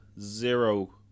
zero